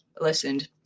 listened